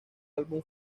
álbum